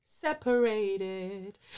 separated